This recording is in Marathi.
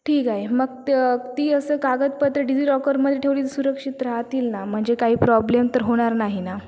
ठीक आहे मग ती असं कागदपत्रं डिजीलॉकरमध्ये ठेवली तर सुरक्षित राहतील ना म्हणजे काही प्रॉब्लेम तर होणार नाही ना